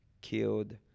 killed